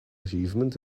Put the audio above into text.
achievement